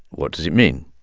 what does it mean?